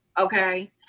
okay